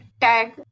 tag